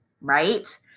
right